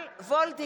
מה אני יכולה לעשות?